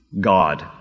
God